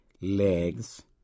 legs